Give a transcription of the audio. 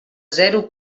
zero